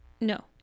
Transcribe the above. no